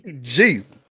Jesus